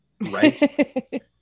Right